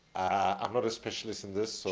i'm not a specialist in this, so